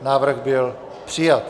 Návrh byl přijat.